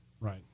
Right